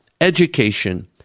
Education